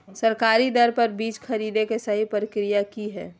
सरकारी दर पर बीज खरीदें के सही प्रक्रिया की हय?